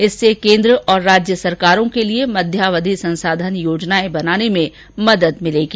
इससे केन्द्र और राज्य सरकारों के लिए मध्यावधि संसाधन योजनाएं बनाने में मदद मिलेगी